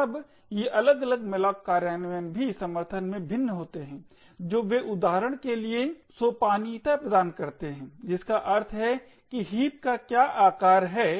अब ये अलग अलग malloc कार्यान्वयन भी समर्थन में भिन्न होते हैं जो वे उदाहरण के लिए सोपानीयता प्रदान करते हैं जिसका अर्थ है कि हीप का क्या आकार है